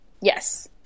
Yes